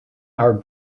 our